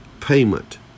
payment